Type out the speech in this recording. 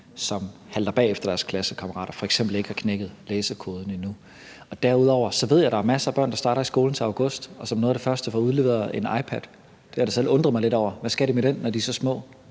som halter bagefter deres klassekammerater og f.eks. ikke har knækket læsekoden endnu. Derudover ved jeg, at der er masser af børn, der starter i skolen til august, og som noget af det første får udleveret en iPad. Det har jeg da selv undret mig lidt over. Hvad skal de med den, når de er så små?